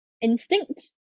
instinct